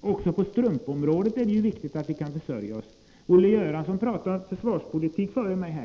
Också på strumpområdet är det viktigt att vi kan försörja oss. Olle Göransson talade försvarspolitik före mig här.